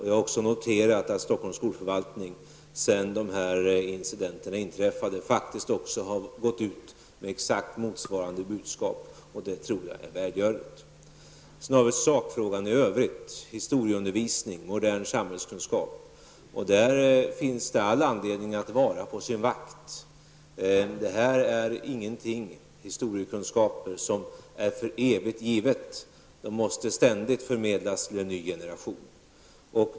Jag har också noterat att Stockholms skolförvaltning, sedan dessa incidenter inträffade, har gått ut med exakt motsvarande budskap. Det tror jag är välgörande. Sakfrågan i övrigt gäller historieundervisning och modern samhällskunskap. Där finns det all anledning att vara på sin vakt. Historiekunskaper är inget som är för evigt givet. De måste ständigt förmedlas till en ny generation.